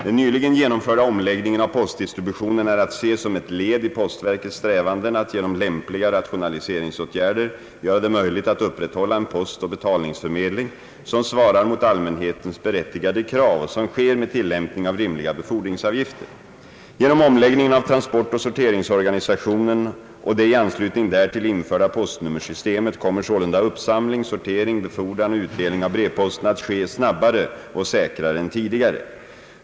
Den nyligen genomförda omläggningen av postdistributionen är att se som ett led i postverkets strävanden att genom lämpliga rationaliseringsåtgärder göra det möjligt att upprätthålla en postoch betalningsförmedling, som svarar mot allmänhetens berättigade krav och som sker med tillämpning av rimliga befordringsavgifter. Genom omläggningen av transportoch sorteringsorganisationen och det i anslutning därtill införda postnummersystemet kommer sålunda uppsamling, sortering, befordran och utdelning av brevposten att ske snabbare och säkrare än tidigare.